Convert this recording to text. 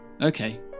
Okay